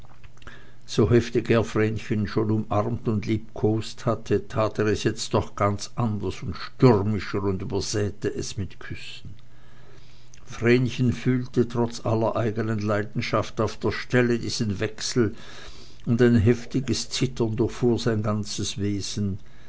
so heftig er vrenchen schon umarmt und liebkost hatte tat er es jetzt doch ganz anders und stürmischer und übersäete es mit küssen vrenchen fühlte trotz aller eigenen leidenschaft auf der stelle diesen wechsel und ein heftiges zittern durchfuhr sein ganzes wesen